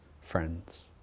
friends